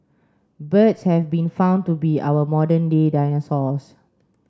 birds have been found to be our modern day dinosaurs